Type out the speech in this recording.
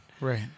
right